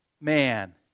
man